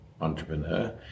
Entrepreneur